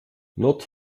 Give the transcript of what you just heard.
nord